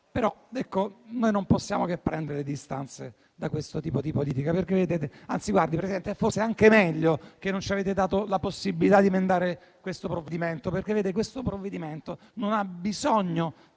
noi non possiamo che prendere le distanze da questo tipo di politica. Anzi, signora Presidente, forse è anche meglio che non ci abbiate dato la possibilità di emendare questo provvedimento, perché questo provvedimento non ha bisogno